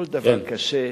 כל דבר קשה.